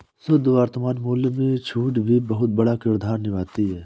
शुद्ध वर्तमान मूल्य में छूट भी बहुत बड़ा किरदार निभाती है